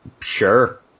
Sure